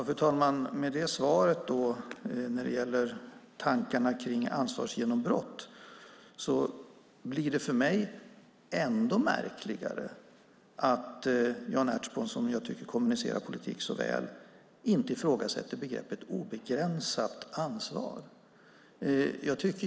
Fru talman! Med detta svar när det gäller tankarna kring ansvarsgenombrott blir det för mig ännu märkligare att Jan Ertsborn, som jag tycker kommunicerar politik så väl, inte ifrågasätter begreppet obegränsat ansvar.